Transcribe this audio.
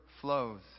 flows